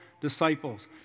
disciples